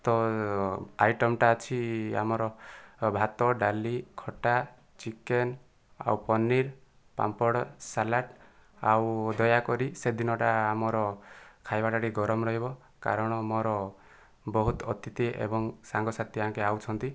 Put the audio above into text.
ତ ଆଇଟମ୍ଟା ଅଛି ଆମର ଭାତ ଡାଲି ଖଟା ଚିକେନ ଆଉ ପନିର ପାମ୍ପଡ଼ ସାଲାଡ଼ ଆଉ ଦୟାକରି ସେଦିନଟା ଆମର ଖାଇବାଟା ଟିକିଏ ଗରମ ରହିବ କାରଣ ମୋର ବହୁତ ଅତିଥି ଏବଂ ସାଙ୍ଗସାଥି ଆଙ୍କେ ଆସୁଛନ୍ତି